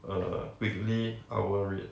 uh weekly hour rate